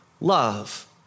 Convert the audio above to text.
love